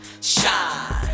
Shine